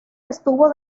estuvo